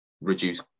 reduce